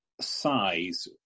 size